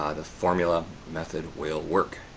ah the formula method will work.